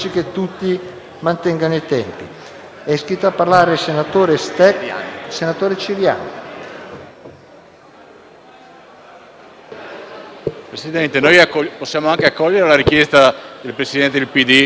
Presidente, possiamo anche accogliere la richiesta del Presidente del Gruppo PD di accorciare i tempi e concludere